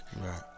Right